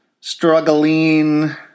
struggling